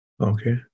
Okay